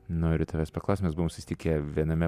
noriu tavęs paklaust mes buvom susitikę viename